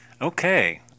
Okay